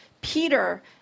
Peter